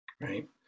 Right